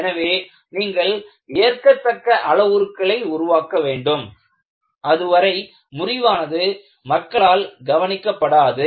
எனவே நீங்கள் ஏற்கத்தக்க அளவுருக்களை உருவாக்க வேண்டும் அதுவரை முறிவானது மக்களால் கவனிக்கப்படாது